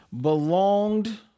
belonged